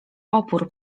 opór